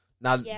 Now